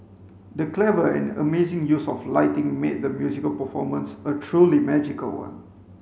the clever and amazing use of lighting made the musical performance a truly magical one